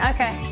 Okay